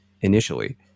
initially